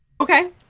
Okay